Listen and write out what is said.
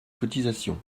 cotisations